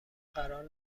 قرار